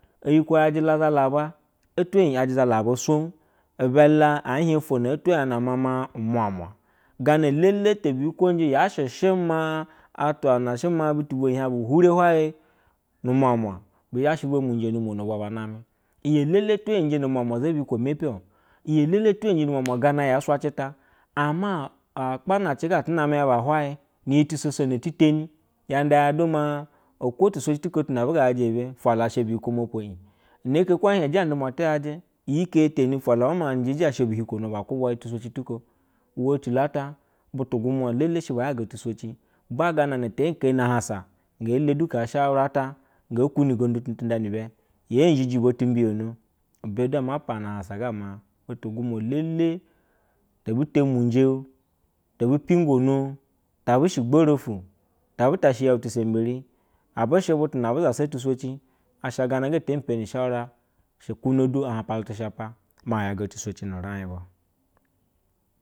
Eyikwu yaje zahu aba etweyi ya zahi aba bu ibe la chie ofwo na etweyi nama ma umnamna, gana elele ta biyukwoje yahse maa atwa na she maa butu bulayi hie bhure hwaye nu muamu bi zha shi be mnji muamua bwa ba name, iyi elele etweyi nje nu muamua gana ya suve ta ama alapomoshe ga atu name yaba hwaye ni yi tusosono etini yanda ya du ma oko tusaci tuna aba nga yajɛ yebe tula asha biyikwo mopo ighe kle ko ehie ige ndumua at yajɛ a tubula ru soci ta a ta uwecilo ata butu gumna dele sheba yaga tusoci ma gana tepeni a hausa, nge le hau du ushaura ata nge imni ugindu tu nda ni be yo zhigo timbi yono tu ibe du ama para ahansa yama butu gumua elele, te bute munjɛ o to bugo mbo tabulashe ugborotu ta buta shɛ yentisemberi, abushe butu na abu zuba tusoci asha gara tempeni shaura asha kuni du ahapalu ti shapa, a yaga ti sowno raibu